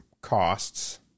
costs